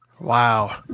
Wow